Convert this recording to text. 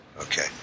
Okay